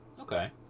Okay